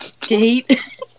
date